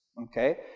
Okay